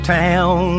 town